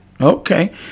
Okay